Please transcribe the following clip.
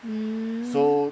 mm